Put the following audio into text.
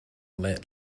let